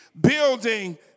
Building